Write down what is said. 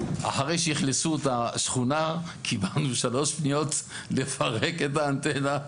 אחרי שאכלסו את השכונה קיבלתי שלוש פניות לפרק את האנטנה.